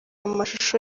amashusho